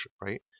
right